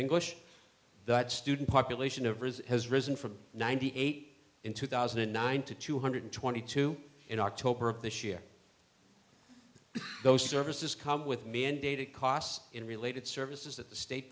english that student population of or is has risen from ninety eight in two thousand and nine to two hundred twenty two in october of this year those services come with me and data costs in related services that the state